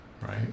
Right